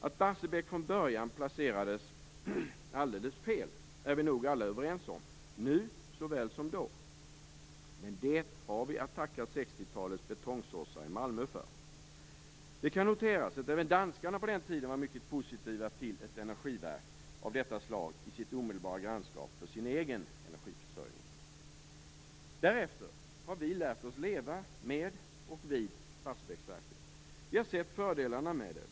Att Barsebäck från början placerades alldeles fel är vi nog alla överens om - nu såväl som då. Men det har vi 60-talets betongsossar i Malmö att tacka för. Det kan noteras att även danskarna på den tiden var mycket positiva till att ha ett energiverk av detta slag i sitt omedelbara grannskap för sin egen energiförsörjning. Därefter har vi lärt oss att leva med, och vid, Barsebäcksverket. Vi har sett fördelarna med det.